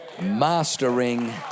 Mastering